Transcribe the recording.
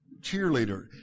cheerleader